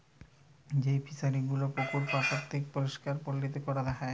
যেই ফিশারি গুলো পুকুর বাপরিষ্কার পালিতে ক্যরা হ্যয়